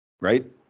right